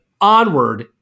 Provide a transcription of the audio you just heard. Onward